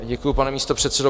Děkuji, pane místopředsedo.